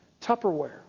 Tupperware